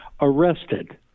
arrested